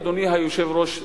אדוני היושב-ראש,